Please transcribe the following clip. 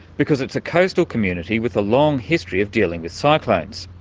because it's a coastal community with a long history of dealing with cyclones,